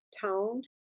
toned